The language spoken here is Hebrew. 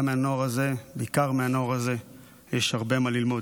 גם הנוער הזה, בעיקר מהנוער הזה יש הרבה מה ללמוד.